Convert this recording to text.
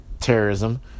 terrorism